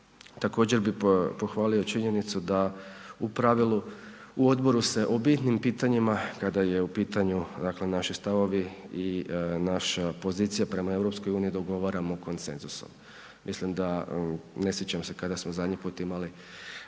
Također bih pohvalio činjenicu da u pravilu u odboru se o bitnim pitanjima kada je u pitanju naši stavovi i naša pozicija prema EU dogovaramo konsenzusom. Mislim da ne sjećam se kada smo zadnji put imali